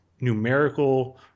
numerical